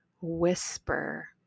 whisper